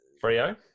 Frio